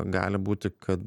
gali būti kad